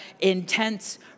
intense